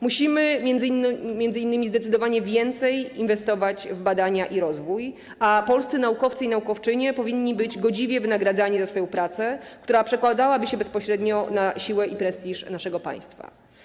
Musimy m.in. zdecydowanie więcej inwestować w badania i rozwój, a polscy naukowcy i naukowczynie powinni być godziwie wynagradzani za swoją pracę, która przekładałaby się bezpośrednio na siłę i prestiż naszego państwa.